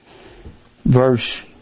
verse